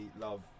love